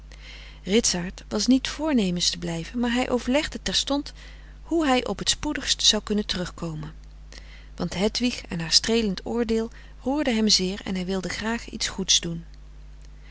ritsaart was niet voornemens te blijven maar hij overlegde terstond hoe hij op t spoedigst zou kunnen terug komen want hedwig en haar streelend oordeel frederik van eeden van de koele meren des doods roerde hem zeer en hij wilde graag iets goeds doen